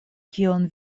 kion